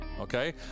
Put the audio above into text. okay